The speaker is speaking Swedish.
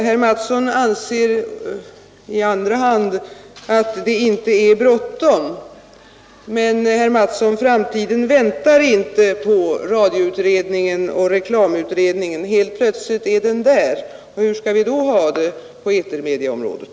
Herr Mattsson anser i andra hand att det inte är bråttom. Men, herr Mattsson, framtiden väntar inte på radioutredningen och reklamutredningen. Helt plötsligt är den där. Hur skall vi då ha det på etermediaområdet?